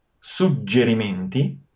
Suggerimenti